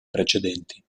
precedenti